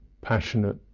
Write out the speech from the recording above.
passionate